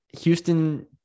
Houston